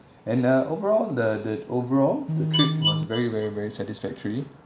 and uh overall the the overall the trip was very very very satisfactory